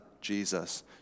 Jesus